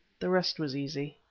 the rest was easy.